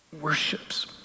worships